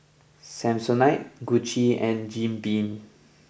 Samsonite Gucci and Jim Beam